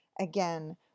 Again